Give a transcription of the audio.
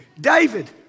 David